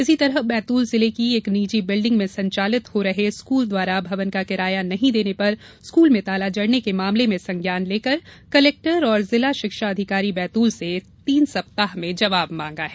इसी तरह बैतूल जिले की एक निजी बिल्डिंग में संचालित हो रहे ड्रीम इंडियन स्कूल टिकारी द्वारा भवन का किराया नहीं देने पर स्कूल में ताला जड़ने के मामले में संज्ञान लेकर कलेक्टर एवं जिला शिक्षा अधिकारी बैतूल से तीन सप्ताह में प्रतिवेदन मांगा है